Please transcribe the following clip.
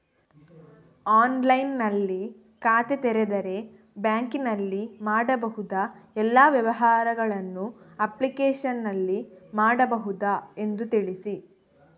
ಆನ್ಲೈನ್ನಲ್ಲಿ ಖಾತೆ ತೆರೆದರೆ ಬ್ಯಾಂಕಿನಲ್ಲಿ ಮಾಡಬಹುದಾ ಎಲ್ಲ ವ್ಯವಹಾರಗಳನ್ನು ಅಪ್ಲಿಕೇಶನ್ನಲ್ಲಿ ಮಾಡಬಹುದಾ ಎಂದು ತಿಳಿಸಿ?